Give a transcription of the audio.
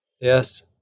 Yes